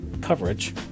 coverage